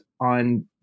on